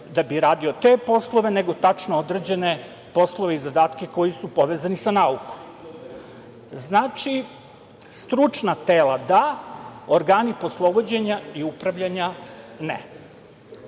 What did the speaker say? da bi radio te poslove, nego tačno određene poslove i zadatke koji su povezani sa naukom. Znači, stručna tela da, organi poslovođenja i upravljanja ne. Ne